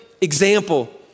example